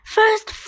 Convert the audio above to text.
First